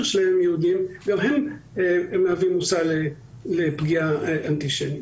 שלהם ליהודים גם הם מהווים מושא לפגיעה אנטישמית.